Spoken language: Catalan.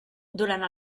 durant